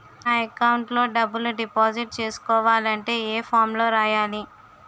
నా అకౌంట్ లో డబ్బులు డిపాజిట్ చేసుకోవాలంటే ఏ ఫామ్ లో రాయాలి?